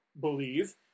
believe